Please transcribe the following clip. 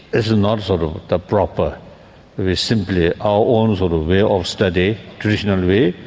it's not sort of the proper simply our own sort of way of study, traditionally,